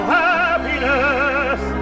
happiness